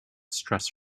stress